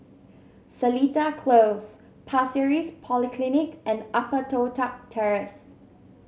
Seletar Close Pasir Ris Polyclinic and Upper Toh Tuck Terrace